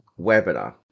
webinar